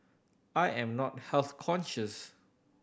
I am not health conscious